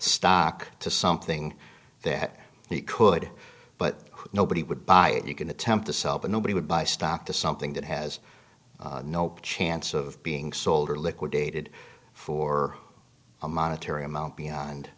stock to something that it could but nobody would buy it you can attempt to sell but nobody would buy stock to something that has no chance of being sold or liquidated for a monetary amount beyond